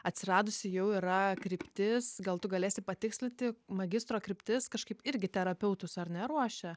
atsiradusi jau yra kryptis gal tu galėsi patikslinti magistro kryptis kažkaip irgi terapeutus ar ne ruošia